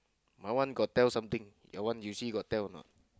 my one got tell something your one you see got tell or not